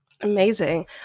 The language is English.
Amazing